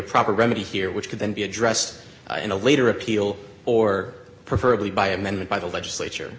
proper remedy here which could then be addressed in a later appeal or preferred by amendment by the legislature